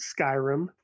Skyrim